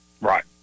Right